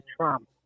Trump